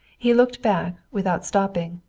he looked back, without stopping,